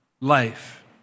life